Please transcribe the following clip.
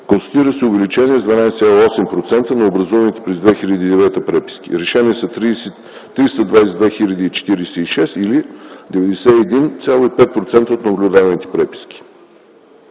Констатира се увеличение с 12,8% на образуваните през 2009 г. преписки. Решени са 322 046 или 91,5% от наблюдаваните преписки.